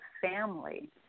family